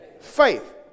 faith